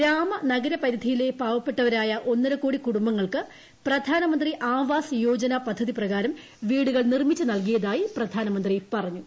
ഗ്രാമ നഗര പരിധിയിലെ പാവപ്പെട്ടവരായ ഒന്നര കോടി കുടുംബങ്ങൾക്ക് പ്രധാനമന്ത്രി ആവാസ് യോജന പദ്ധതി പ്രകാരം വീടുകൾ നിർമ്മിച്ചു നൽകിയതായി പ്രധാനമന്ത്രി പറഞ്ഞു